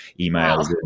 emails